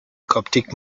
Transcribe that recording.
coptic